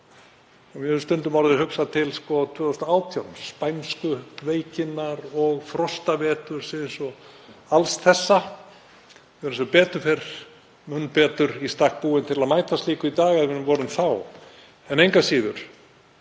Mér hefur stundum orðið hugsað til 1918, spænsku veikinnar og frostavetursins og alls þessa. Við erum sem betur fer mun betur í stakk búin til að mæta slíku í dag en við vorum þá, en engu að síður